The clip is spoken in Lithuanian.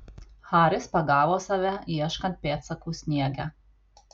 haris pagavo save ieškant pėdsakų sniege